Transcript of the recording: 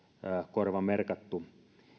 korvamerkattu